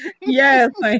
Yes